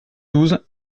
douze